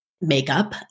makeup